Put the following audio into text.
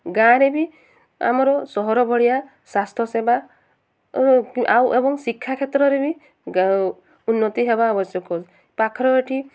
ଗାଁ'ରେ ବି ଆମର ସହର ଭଳିଆ ସ୍ୱାସ୍ଥ୍ୟସେବା ଆଉ ଏବଂ ଶିକ୍ଷା କ୍ଷେତ୍ରରେ ବି ଉନ୍ନତି ହେବା ଆବଶ୍ୟକ ପାଖରେ ଏଠି